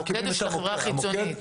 המוקד הוא של החברה החיצונית.